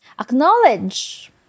Acknowledge